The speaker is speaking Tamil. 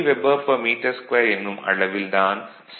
5 Wbm2 எனும் அளவில் தான் சேட்சுரேட் ஆகும்